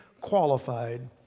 qualified